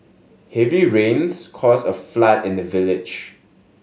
heavy rains caused a flood in the village